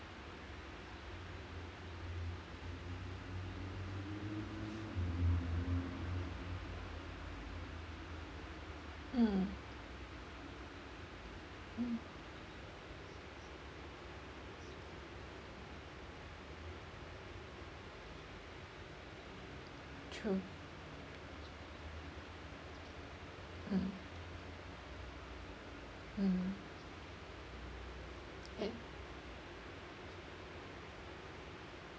mm mm true mm mm yes